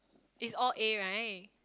it's all A right